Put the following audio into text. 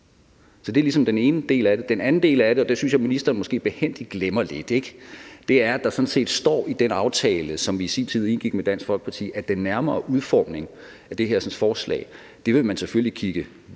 det er den ene del af det. Den anden del af det, og det synes jeg måske ministeren behændigt lidt glemmer, ikke? er, at der sådan set står i den aftale, som vi i sin tid indgik med Dansk Folkeparti, at den nærmere udformning af det her forslag vil man selvfølgelig kigge